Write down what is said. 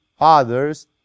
others